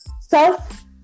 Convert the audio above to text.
self